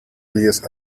diez